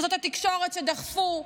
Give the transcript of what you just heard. נשות התקשורת שדחפו.